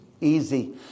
easy